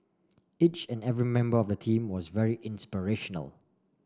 each and every member of the team was very inspirational